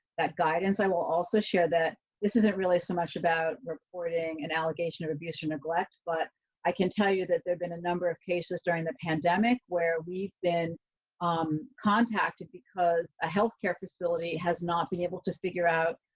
that guidance, i will also share that this isn't really so much about. reporting an allegation of abuse or neglect, but i can tell you that there've been a number of cases during the pandemic where we've been um contacted because a health care facility has not been able to figure out.